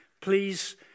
Please